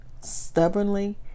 stubbornly